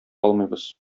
алмыйбыз